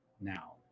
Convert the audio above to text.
now